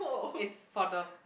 is for the